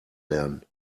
lernen